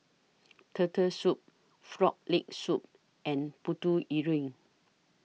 Turtle Soup Frog Leg Soup and Putu Piring